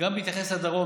גם בהתייחס לדרום.